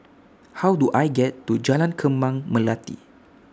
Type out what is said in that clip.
How Do I get to Jalan Kembang Melati